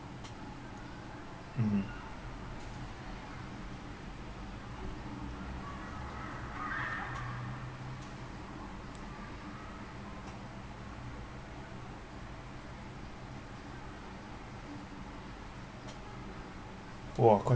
mmhmm